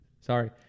sorry